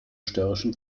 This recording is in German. störrischen